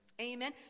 Amen